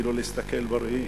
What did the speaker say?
שיתחילו להסתכל בראי.